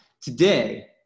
Today